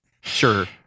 Sure